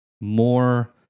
more